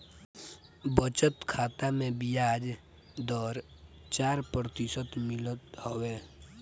बचत खाता में बियाज दर चार प्रतिशत मिलत हवे